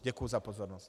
Děkuju za pozornost.